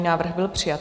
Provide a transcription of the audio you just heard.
Návrh byl přijat.